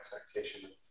expectation